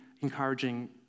encouraging